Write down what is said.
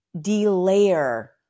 de-layer